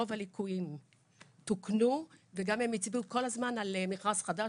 רוב הליקויים תוקנו וגם הם הצביעו כל הזמן על מכרז חדש,